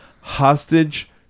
hostage